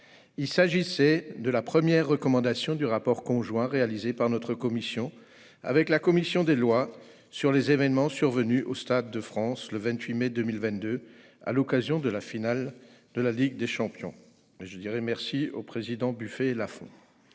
Il s'agissait de la première recommandation du rapport conjoint de notre commission et de la commission des lois sur les événements survenus au Stade de France le 28 mai 2022, à l'occasion de la finale de la Ligue des champions. Je remercie les présidents François-Noël